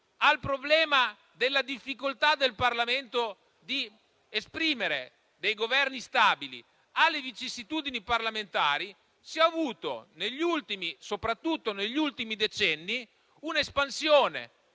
del problema della difficoltà del Parlamento di esprimere dei Governi stabili, delle vicissitudini parlamentari, si è avuta, soprattutto negli ultimi decenni, un'espansione